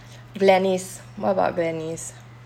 gladys what about gladys